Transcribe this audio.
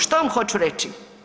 Šta vam hoću reći?